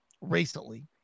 recently